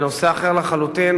בנושא אחר לחלוטין,